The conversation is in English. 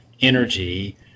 energy